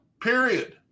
Period